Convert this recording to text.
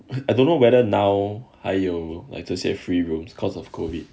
I don't know whether now 还有这些 free rooms because of COVID